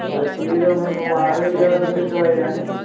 हां ठीक ते में बमार होई एह्दा हा दवाई लैनी ही